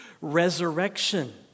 resurrection